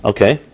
Okay